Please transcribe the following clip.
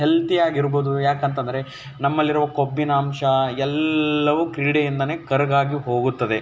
ಹೆಲ್ತಿಯಾಗಿರಬಹುದು ಯಾಕಂತಂದರೆ ನಮ್ಮಲ್ಲಿರುವ ಕೊಬ್ಬಿನ ಅಂಶ ಎಲ್ಲವೂ ಕ್ರೀಡೆಯಿಂದಲೇ ಕರಗಿ ಹೋಗುತ್ತದೆ